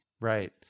Right